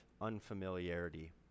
unfamiliarity